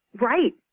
Right